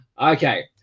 okay